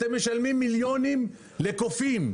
אתם משלמים מיליונים לקופים.